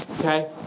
Okay